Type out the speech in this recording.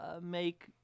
make